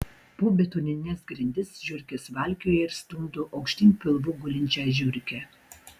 po betonines grindis žiurkės valkioja ir stumdo aukštyn pilvu gulinčią žiurkę